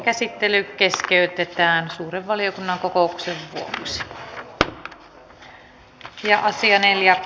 asian käsittely keskeytetään suuren valiokunnan kokouksen vuoksi